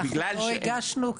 לא הגשנו,